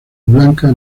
blanca